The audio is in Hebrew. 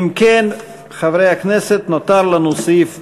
אני קובע כי הצעת חוק מיסוי מקרקעין (שבח ורכישה)